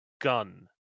gun